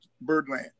Birdland